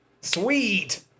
Sweet